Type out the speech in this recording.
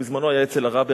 שהיה בזמנו היה אצל הרבי,